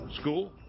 School